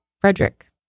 Frederick